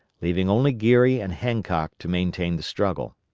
leaving only geary and hancock to maintain the struggle.